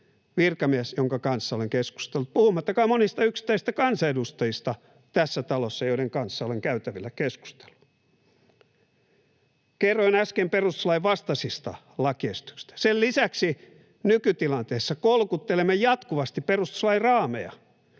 virkamies, jonka kanssa olen keskustellut, puhumattakaan monista yksittäisistä kansanedustajista tässä talossa, joiden kanssa olen käytävillä keskustellut. Kerroin äsken perustuslain vastaisista lakiesityksistä. Sen lisäksi nykytilanteessa kolkuttelemme jatkuvasti perustuslain raameja.